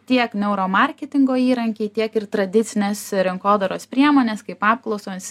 tiek neuromarketingo įrankiai tiek ir tradicinės rinkodaros priemonės kaip apklausos